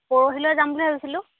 পৰহিলৈ যাম বুলি ভাবিছিলোঁ